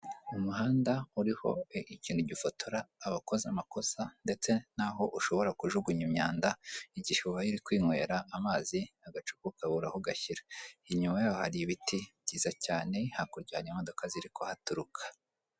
Umuhanda uriho ikintu gifotora abakoze amakosa ndetse n'aho ushobora kujugunya imyanda igihe ubaye uri kwinywera amazi agacupa ukabura aho ugashyira. Inyuma yaho hari ibiti byiza cyane, hakurya hari imodoka ziri kuhaturuka.